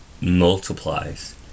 multiplies